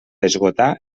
esgotar